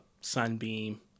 sunbeam